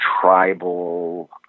tribal